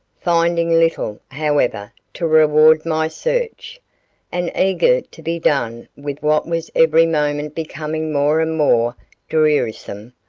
finding little, however, to reward my search and eager to be done with what was every moment becoming more and more drearisome,